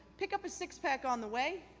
pick up a six pack on the way,